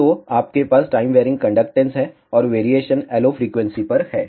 तो आपके पास टाइम वैरीइंग कंडक्टेंस है और वेरिएशन LO फ्रीक्वेंसी पर है